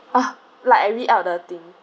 oh like I read out the thing